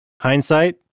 Hindsight